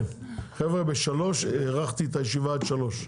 כן, חבר'ה ב- 15:00 הארכתי את הישיבה עד 15:00,